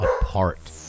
apart